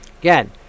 again